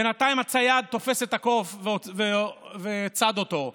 בינתיים הצייד תופס את הקוף וצד אותו.